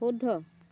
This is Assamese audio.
শুদ্ধ